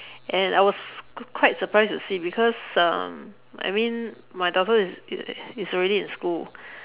and I was quite surprised to see because um I mean my daughter is is already in school